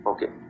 Okay